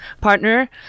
partner